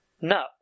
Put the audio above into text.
No